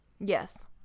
Yes